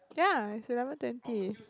ya it's eleven twenty